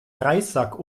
reissack